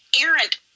errant